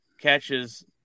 catches